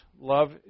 love